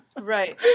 Right